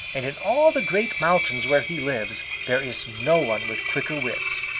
and in all the great mountains where he lives there is no one with quicker wits.